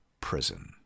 prison